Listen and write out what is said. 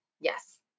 Yes